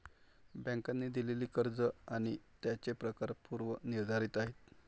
बँकांनी दिलेली कर्ज आणि त्यांचे प्रकार पूर्व निर्धारित आहेत